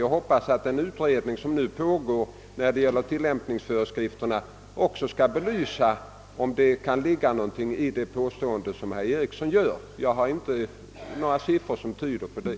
Jag hoppas att den utredning som nu pågår om tillämpningsföreskrifterna också kommer att belysa, om det kan ligga någonting i det påstående som herr Eriksson gjort. Jag har inte några siffror som tyder på det.